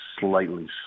slightly